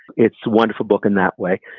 it's a wonderful book in that way.